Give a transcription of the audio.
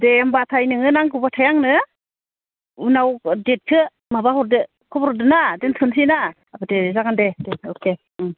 दे होमबाथाय नोङो नांगौबाथाय आंनो उनाव देटखौ माबाहरदो खबर हरदो ना दोन्थसैना दे दे जागोन दे अके उम